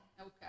Okay